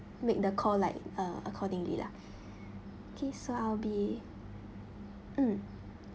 make the call like uh accordingly lah okay so I'll be mm